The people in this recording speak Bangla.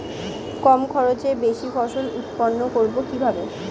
কম খরচে বেশি ফসল উৎপন্ন করব কিভাবে?